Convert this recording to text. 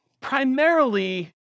primarily